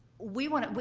we want to,